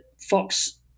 Fox